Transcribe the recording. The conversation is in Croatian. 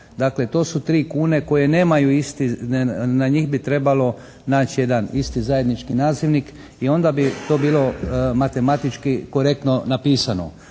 Dakle, to su 3 kune koje nemaju isti, na njih bi trebalo naći jedan isti zajednički nazivnik i onda bi to bilo matematički korektno napisano.